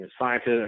scientists